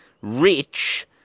rich